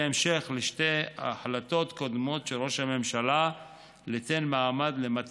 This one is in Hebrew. בהמשך לשתי החלטות קודמות של ראש הממשלה ליתן מעמד ל-200